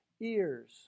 ears